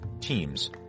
teams